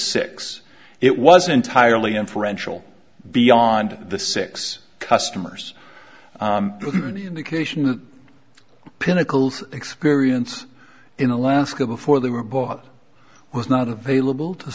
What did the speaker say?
six it was entirely inferential beyond the six customers indication that pinnacles experience in alaska before they were bought was not available to